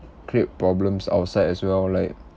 create problems outside as well like